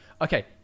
Okay